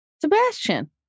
Sebastian